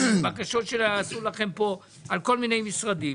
בבקשות שהגיעו לכאן מכל מיני משרדים,